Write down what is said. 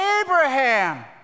Abraham